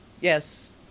yes